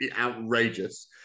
outrageous